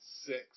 Six